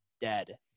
dead